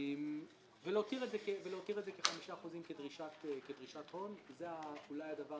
להותיר את זה כ-5% כדרישת הון כי זה אולי הדבר